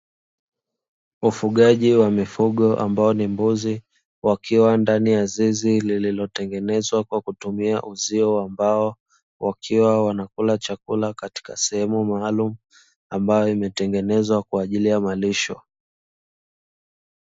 Ufugaji wa mifugo ambao ni mbuzi wakiwa ndani ya zizi, lililotengenezwa kwa kutumia uzio wa mbao, wakiwa wanakula chakula katika sehemu maalumu ambayo imetengenezwa kwa ajili ya malisho.